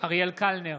אריאל קלנר,